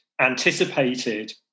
anticipated